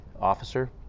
officer